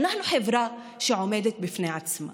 אנחנו חברה שעומדת בפני עצמה.